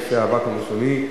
נכסי הווקף המוסלמי,